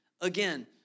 again